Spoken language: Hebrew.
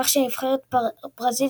כך שנבחרת ברזיל,